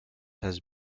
has